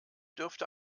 dürfte